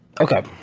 Okay